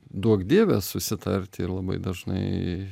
duok dieve susitarti ir labai dažnai